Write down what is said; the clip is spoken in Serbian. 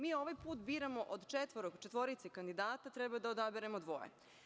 Mi ovaj put od četvorice kandidata treba da odaberemo dvoje.